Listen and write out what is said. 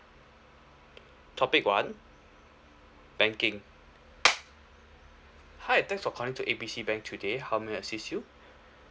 topic one banking hi thanks for calling to A B C bank today how may I assist you